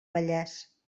vallès